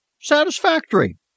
satisfactory